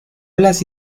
las